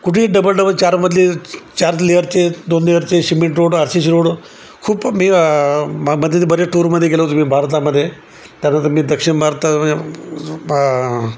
कुठेही double double चार मधले चार लेअरचे दोन लेअरचे cement road R C C road खूप मी मध्ये ते बर्या टूरमध्ये गेलो तुम्ही भारतामध्ये त्यानंतर मी दक्षिण भारतात